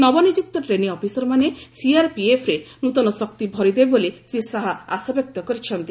ନବ ନିଯୁକ୍ତ ଟ୍ରେନି ଅଫିସରମାନେ ସିଆର୍ପିଏଫ୍ରେ ନୃତନ ଶକ୍ତି ଭରିଦେବେ ବୋଲି ଶ୍ରୀ ଶାହା ଆଶା ବ୍ୟକ୍ତ କରିଛନ୍ତି